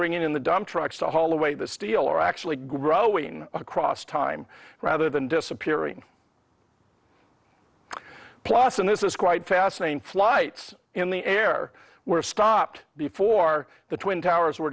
bringing in the dump trucks to haul away the steel are actually growing across time rather than disappearing plus and this is quite fascinating flights in the air were stopped before the twin towers were